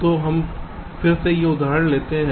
तो हम फिर से एक उदाहरण लेते हैं